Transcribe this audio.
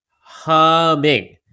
humming